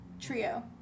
Trio